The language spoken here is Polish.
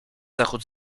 zachód